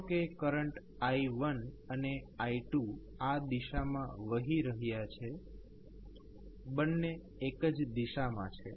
ધારો કે કરંટ i1અને i2આ દિશામાં વહી રહ્યા છે બંને એક જ દિશામાં છે